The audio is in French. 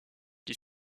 qui